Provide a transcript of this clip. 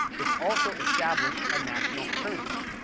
which also established a national currency.